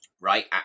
right